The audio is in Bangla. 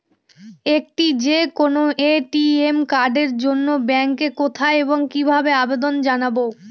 একটি যে কোনো এ.টি.এম কার্ডের জন্য ব্যাংকে কোথায় এবং কিভাবে আবেদন জানাব?